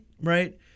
right